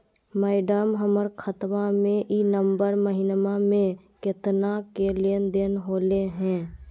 madam, हमर खाता में ई नवंबर महीनमा में केतना के लेन देन होले है